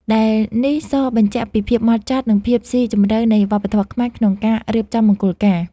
ដែលនេះសបញ្ជាក់ពីភាពហ្មត់ចត់ និងភាពស៊ីជម្រៅនៃវប្បធម៌ខ្មែរក្នុងការរៀបចំមង្គលការ។